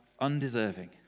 undeserving